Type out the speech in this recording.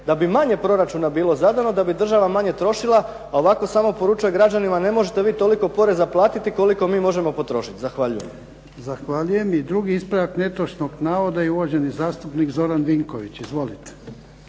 da bi manje proračuna bilo zadano, da bi država manje trošila, a ovako samo poručuje građanima ne možete vi toliko poreza platiti koliko mi možemo potrošiti. Zahvaljujem. **Jarnjak, Ivan (HDZ)** Zahvaljujem. I drugi ispravak netočnog navoda, i uvaženi zastupnik Zoran Vinković. Izvolite.